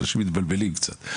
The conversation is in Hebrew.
אנשים מתבלבלים קצת.